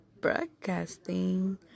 broadcasting